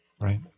Right